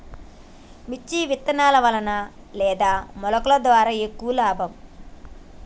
మిర్చి విత్తనాల వలన లేదా మొలకల ద్వారా ఎక్కువ లాభం?